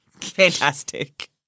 Fantastic